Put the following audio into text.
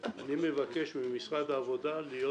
ולענות לכל השאלות הטכניות